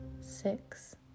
six